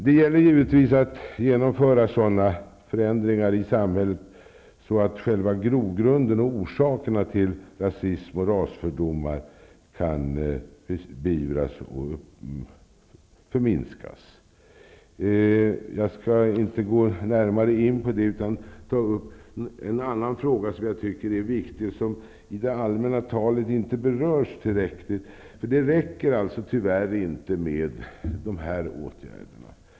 Det gäller givetvis att genomföra sådana förändringar i samhället att själva grogrunden och orsakerna till rasism och rasfördomar kan förminskas. Jag skall inte gå närmare in på det, utan ta upp en annan fråga som jag tycker är viktig och som i det allmänna talet inte berörs tillräckligt. Det räcker tyvärr inte med nuvarande åtgärder.